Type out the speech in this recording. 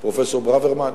פרופסור ברוורמן,